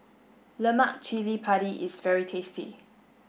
Lemak Cili Padi is very tasty